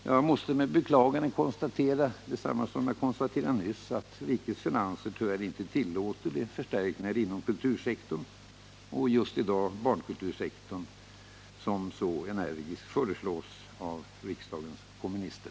Jag måste med beklagande konstatera att rikets finanser tyvärr inte tillåter de förstärkningar inom kultursektorn — och just i dag barnkultursektorn — som så energiskt föreslås av riksdagens kommunister.